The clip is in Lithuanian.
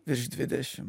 virš dvidešim